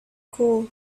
cool